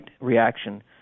reaction